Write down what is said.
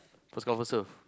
first come first serve